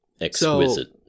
Exquisite